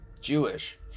Jewish